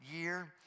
year